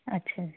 ਅੱਛਾ